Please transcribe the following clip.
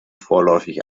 vorläufig